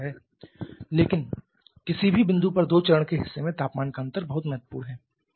लेकिन किसी भी बिंदु पर दो चरण के हिस्से में तापमान का अंतर बहुत महत्वपूर्ण है